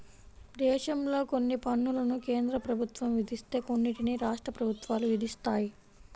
దేశంలో కొన్ని పన్నులను కేంద్ర ప్రభుత్వం విధిస్తే కొన్నిటిని రాష్ట్ర ప్రభుత్వాలు విధిస్తాయి